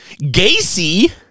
gacy